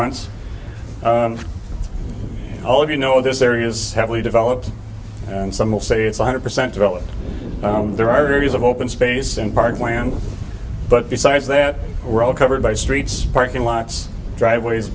months all of you know this area is heavily developed and some will say it's one hundred percent developed there are areas of open space in parkland but besides that we're all covered by streets parking lots driveways